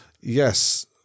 Yes